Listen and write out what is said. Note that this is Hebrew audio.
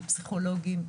מפסיכולוגים,